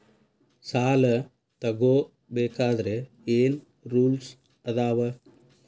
ಸಾಲ ತಗೋ ಬೇಕಾದ್ರೆ ಏನ್ ರೂಲ್ಸ್ ಅದಾವ?